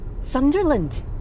Sunderland